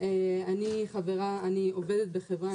אני עובדת בחברה,